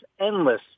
endless